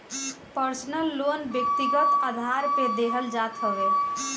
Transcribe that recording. personal loan व्यक्तिगत आधार पे देहल जात हवे